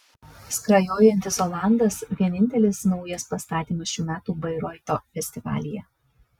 skrajojantis olandas vienintelis naujas pastatymas šių metų bairoito festivalyje